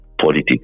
politics